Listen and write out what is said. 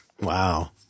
Wow